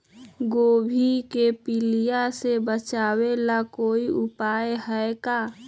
गोभी के पीलिया से बचाव ला कोई उपाय है का?